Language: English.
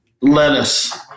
lettuce